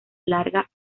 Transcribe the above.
larga